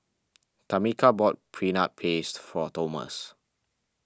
Tamica bought Peanut Paste for Tomas